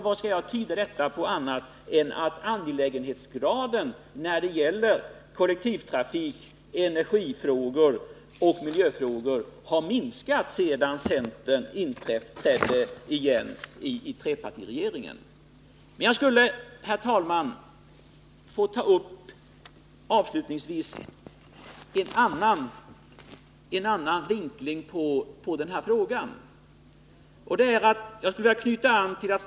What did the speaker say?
Hur skall jag tyda detta om inte så att angelägenhetsgraden när det gäller kollektivtrafik, energifrågor och miljöfrågor har minskats sedan centern åter inträdde i trepartiregeringen? Herr talman! Avslutningsvis skulle jag vilja ta upp en annan aspekt på den här frågan.